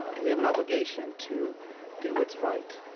ah we have an obligation to do what's right.